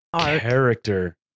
character